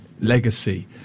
legacy